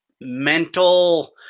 mental